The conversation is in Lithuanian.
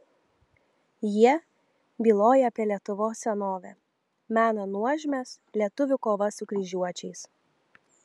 jie byloja apie lietuvos senovę mena nuožmias lietuvių kovas su kryžiuočiais